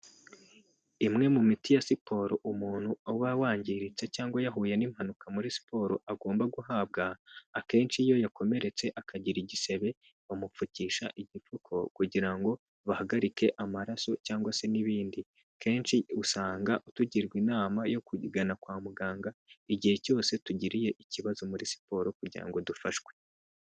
Imwe mu miti ya siporo umuntu uba wangiritse cyangwa yahuye n'impanuka muri siporo agomba guhabwa, akenshi iyo yakomeretse akagira igisebe bamupfukisha igipfuko kugira ngo bahagarike amaraso, cyangwa se n'ibindi, kenshi usanga tugirwa inama yo kugana kwa muganga igihe cyose tugiriye ikibazo muri siporo kugira ngo dufashwe.